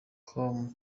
com